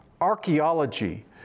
archaeology